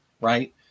Right